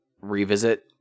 revisit